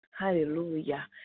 hallelujah